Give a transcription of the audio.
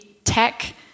Tech